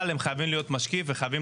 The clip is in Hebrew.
אבל הם חייבים להיות משקיף וחייבים